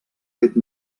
fet